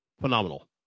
phenomenal